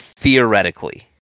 Theoretically